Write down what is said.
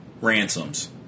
Ransoms